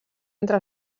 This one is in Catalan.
entre